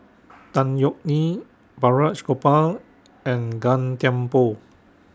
Tan Yeok Nee Balraj Gopal and Gan Thiam Poh